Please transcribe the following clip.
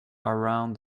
around